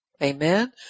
Amen